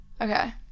Okay